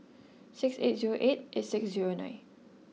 six eight zero eight eight six zero nine